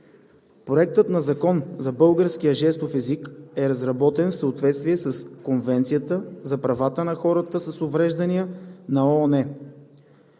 Законопроектът за българския жестов език е разработен в съответствие с Конвенцията за правата на хората с увреждания на ООН.